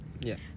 Yes